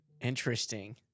interesting